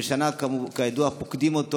כידוע,